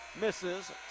Misses